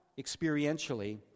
experientially